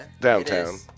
Downtown